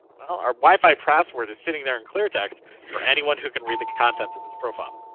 well our wifi password is sitting there in clear text for anyone who can read the contents of this profile.